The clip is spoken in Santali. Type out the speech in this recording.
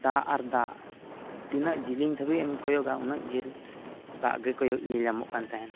ᱫᱟᱜ ᱟᱨ ᱫᱟᱜ ᱛᱤᱱᱟᱹᱜ ᱡᱤᱞᱤᱧ ᱫᱷᱟᱹᱵᱤᱡ ᱮᱢ ᱠᱚᱭᱚᱜᱟ ᱩᱱᱟᱹᱜ ᱡᱷᱟᱹᱞ ᱫᱟᱜ ᱜᱮ ᱠᱚᱭᱚᱜ ᱧᱮᱞ ᱧᱟᱢᱚᱜ ᱠᱟᱱ ᱛᱟᱦᱮᱸᱫ